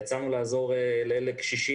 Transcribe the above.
יצאנו לעזור לקשישים,